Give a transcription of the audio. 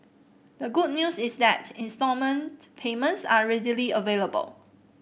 the good news is that instalment payments are readily available